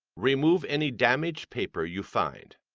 remove any damaged paper you find.